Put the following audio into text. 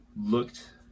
looked